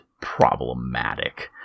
problematic